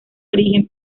origen